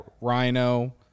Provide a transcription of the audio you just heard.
Rhino